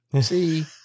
see